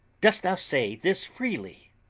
dost thou say this freely?